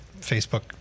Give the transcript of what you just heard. Facebook